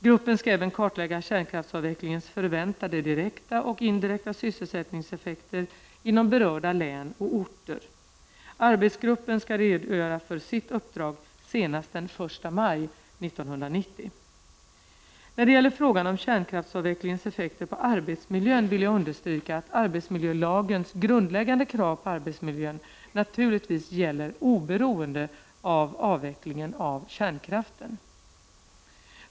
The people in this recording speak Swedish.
Gruppen skall även kartlägga kärnkraftsavvecklingens förväntade direkta och indirekta sysselsättningseffekter inom berörda län och orter. Arbetsgruppen skall redogöra för sitt uppdrag senast den 1 maj 1990. När det gäller frågan om kärnkraftsavvecklingens effekter på arbetsmiljön vill jag understryka att arbetsmiljölagens grundläggande krav på arbetsmiljön naturligtvis gäller oberoende av avvecklingen av kärnkraften.